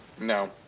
No